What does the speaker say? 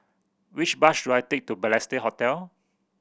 which bus should I take to Balestier Hotel